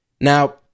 Now